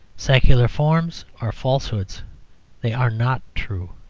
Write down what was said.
secular forms are falsehoods they are not true.